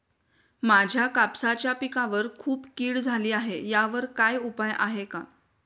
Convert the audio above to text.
माझ्या कापसाच्या पिकावर खूप कीड झाली आहे यावर काय उपाय आहे का?